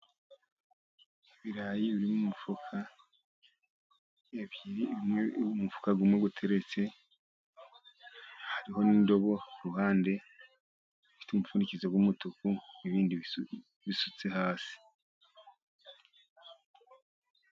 Ibirayi biri mu mifuka ibiri. Umufuka umwe uteretse, hariho n'indobo iruhande ifite umupfundikizo w'umutuku, n'ibindi bisutse hasi.